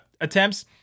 attempts